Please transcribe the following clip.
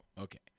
okay